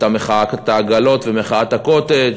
הייתה מחאת העגלות ומחאת הקוטג'.